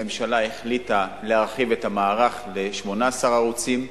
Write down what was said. הממשלה החליטה להרחיב את המערך ל-18 ערוצים,